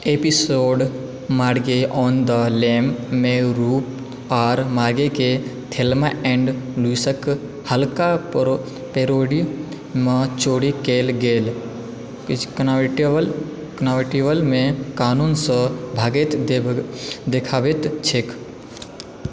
episode Marge on the लैममे Ruth आर मार्गेके थेल्मा एण्ड लुइसके हल्का पैरोडीमे चोरी कएल गेल कन्वर्टिबलमे कानूनसँ भागैत देखाबैत छै